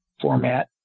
format